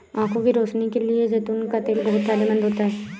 आंखों की रोशनी के लिए जैतून का तेल बहुत फायदेमंद होता है